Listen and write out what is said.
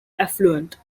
affluent